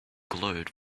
glowed